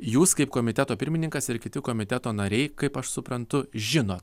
jus kaip komiteto pirmininkas ir kiti komiteto nariai kaip aš suprantu žino